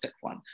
one